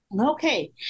Okay